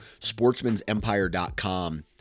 sportsmansempire.com